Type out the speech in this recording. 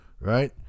right